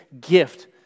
gift